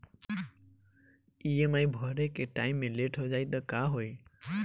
EMI भरे के time मे लेट हो जायी त का होई?